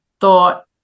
thought